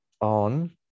on